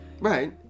Right